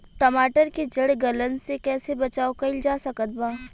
टमाटर के जड़ गलन से कैसे बचाव कइल जा सकत बा?